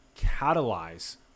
catalyze